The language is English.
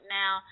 now